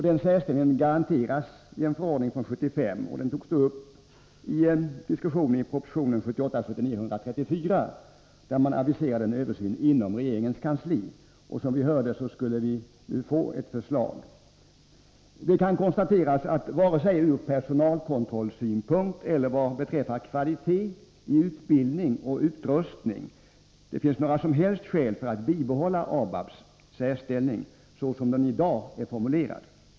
Denna särställning garanteras i en förordning från 1975, som togs upp till diskussion i proposition 1978/79:134, där man aviserade en översyn inom regeringens kansli. Som vi just hört skall det nu komma ett förslag. Det kan konstateras att det varken ur personalkontrollsynpunkt eller vad beträffar kvaliteten i utbildning och utrustning finns några som helst skäl till att bibehålla ABAB:s särställning, såsom den i dag är formulerad.